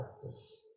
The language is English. practice